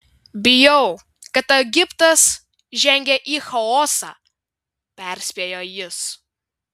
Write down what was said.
bijau kad egiptas žengia į chaosą perspėjo jis